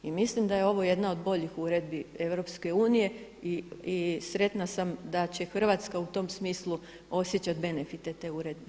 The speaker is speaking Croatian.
I mislim da je ovo jedna od boljih uredbi EU i sretna sam da će Hrvatska u tom smislu osjećati benefite te uredbe.